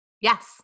Yes